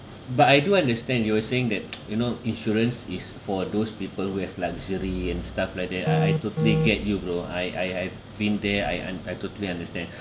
but I do understand you were saying that you know insurance is for those people with luxury and stuff like that I I totally get you bro I I I been there I un~ I totally understand